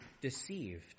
deceived